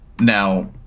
Now